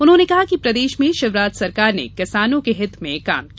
उन्होंने कहा कि प्रदेश में शिवराज सरकार ने किसानों के हित में काम किया